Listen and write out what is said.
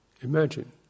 imagine